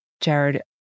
Jared